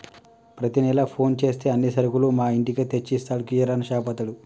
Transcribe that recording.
ప్రతి నెల ఫోన్ చేస్తే అన్ని సరుకులు మా ఇంటికే తెచ్చిస్తాడు కిరాణాషాపతడు